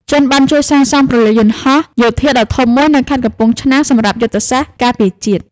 ចិនបានជួយសាងសង់ព្រលានយន្តហោះយោធាដ៏ធំមួយនៅខេត្តកំពង់ឆ្នាំងសម្រាប់យុទ្ធសាស្ត្រការពារជាតិ។